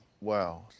wow